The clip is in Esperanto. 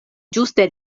ĝuste